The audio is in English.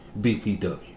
BPW